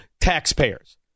taxpayers